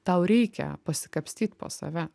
tau reikia pasikapstyt po save